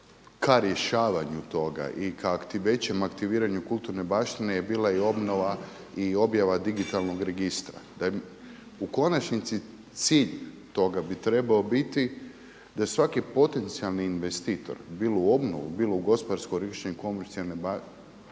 ka rješavanju toga i ka većem aktiviranju kulturne baštine je bila i obnova i objava digitalnog registra. U konačnici cilj toga bi trebao biti da svaki potencijalni investitor bilo u obnovu, bilo u gospodarsko …/Govornik se ne